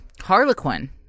Harlequin